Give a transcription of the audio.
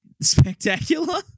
spectacular